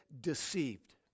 deceived